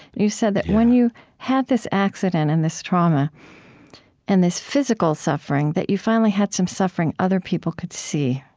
you said that when you had this accident and this trauma and this physical suffering that you finally had some suffering other people could see.